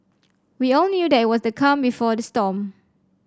we all knew that it was the calm before the storm